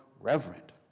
reverent